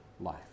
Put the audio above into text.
life